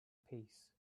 peace